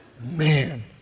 Man